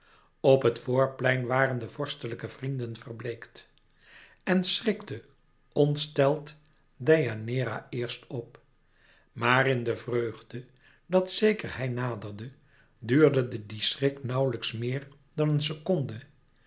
op het voorplein waren de vorstelijke vrienden verbleekt en schrikte ontsteld deianeira eerst op maar in de vreugde dat zeker hij naderde duurde die schrik nauwlijks meer dan een seconde